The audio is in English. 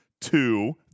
two